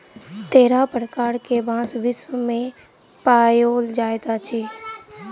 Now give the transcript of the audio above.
तेरह प्रकार के बांस विश्व मे पाओल जाइत अछि